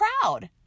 proud